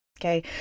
okay